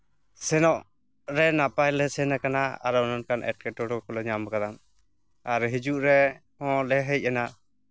ᱥᱮᱱᱚᱜ ᱨᱮ ᱱᱟᱯᱟᱭᱞᱮ ᱥᱮᱱ ᱠᱟᱱᱟ ᱟᱨᱚ ᱢᱤᱫᱴᱟᱱ ᱮᱴᱠᱮᱴᱚᱬᱮ ᱠᱚᱞᱮ ᱧᱟᱢ ᱠᱟᱫᱟ ᱟᱨ ᱦᱤᱡᱩᱜ ᱨᱮ ᱱᱚᱣᱟᱞᱮ ᱦᱮᱡ ᱮᱱᱟ